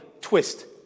twist